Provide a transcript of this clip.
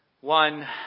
one